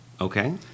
Okay